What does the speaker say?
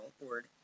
word